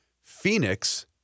Phoenix